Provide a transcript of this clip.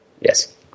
Yes